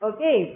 Okay